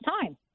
time